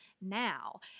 now